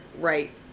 right